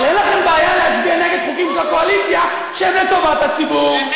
אבל אין לכם בעיה להצביע נגד חוקים של הקואליציה שהם לטובת הציבור,